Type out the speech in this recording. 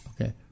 Okay